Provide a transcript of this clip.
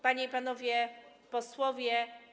Panie i Panowie Posłowie!